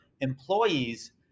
employees